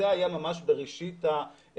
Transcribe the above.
זה היה ממש בראשית התופעה.